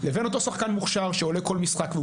לבין אותו שחקן מוכשר שעולה כל משחק והוא